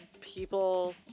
people